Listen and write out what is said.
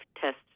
tests